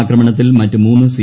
ആക്രമണത്തിൽ മറ്റ് മൂന്ന് സി